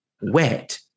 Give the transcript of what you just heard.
wet